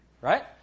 Right